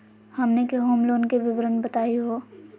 हमनी के home loan के विवरण बताही हो?